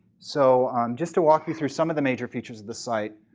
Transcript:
so just to walk you through some of the major features of the site.